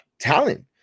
talent